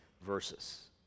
verses